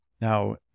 Now